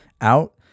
out